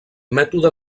mètode